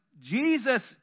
Jesus